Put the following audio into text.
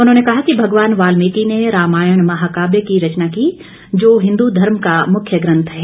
उन्होंने कहा कि भगवान वाल्मीकि ने रामायण महाकाव्य की रचना की जो हिन्दू धर्म का मुख्य ग्रंथ है